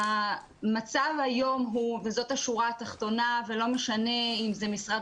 המצב היום הוא וזו השורה התחתונה ולא משנה אם משרד